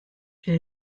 quel